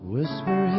Whisper